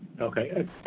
Okay